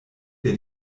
der